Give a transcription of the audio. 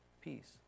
peace